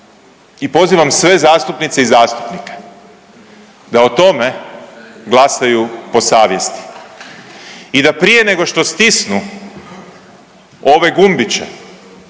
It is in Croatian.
i pozivam sve zastupnice i zastupnike da o tome glasuju po savjesti i da prije nego što stisnu ove gumbiće